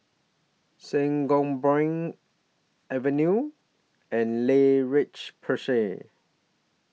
Sangobion Avene and La Roche Porsay